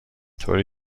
طوری